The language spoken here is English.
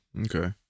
Okay